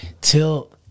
till